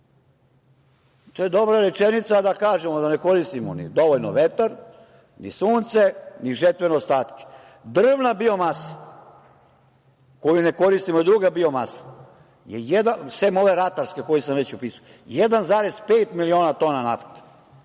To je dobra rečenica, a da kažemo da ne koristimo ni dovoljno vetar, ni sunce, ni žetvene ostatke. Drvna biomasa koju ne koristimo je druga biomasa, sem ove ratarske koje sam već upisao, 1,5 miliona tona nafte,